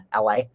LA